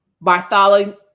Bartholomew